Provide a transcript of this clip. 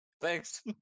Thanks